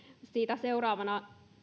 siitä seuraavaksi